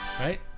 Right